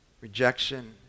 Rejection